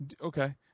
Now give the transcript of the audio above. Okay